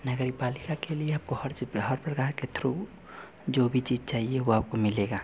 नगर पालिका के लिए आपको हर जब हर प्रकार के थ्रू जो भी चीज़ चाहिए वह आपको मिलेगी